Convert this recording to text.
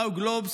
באו גלובס,